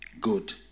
good